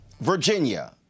Virginia